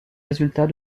résultats